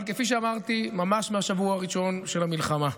אבל כפי שאמרתי, ממש מהשבוע הראשון של המלחמה,